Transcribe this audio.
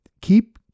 keep